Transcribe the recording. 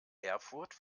erfurt